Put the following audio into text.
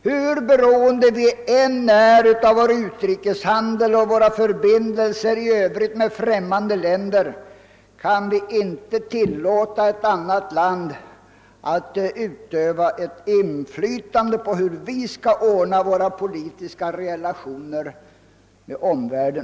Hur avhängiga vi än är av vår utrikeshandel och våra förbindelser i övrigt med främmande länder kan vi inte tillåta ett annat land att utöva inflytande på hur vi skall ordna våra politiska relationer med omvärlden.